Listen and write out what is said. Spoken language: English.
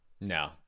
No